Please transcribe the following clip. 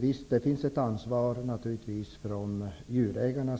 Visst, det finns naturligtvis också ett ansvar som ligger hos djurägarna.